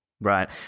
Right